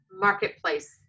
marketplace